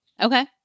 Okay